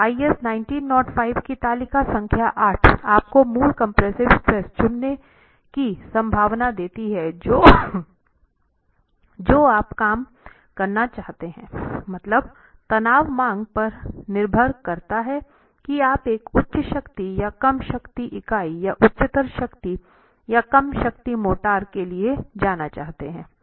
तो आईएस 1905 की तालिका संख्या 8 आपको मूल कंप्रेसिव स्ट्रेस चुनने की संभावना देती है जो आप काम करना चाहते हैं मतलब तनाव मांग पर निर्भर करता है की आप एक उच्च शक्ति या कम शक्ति इकाई या उच्चतर शक्ति या कम शक्ति मोर्टार के लिए जाना चाहते हैं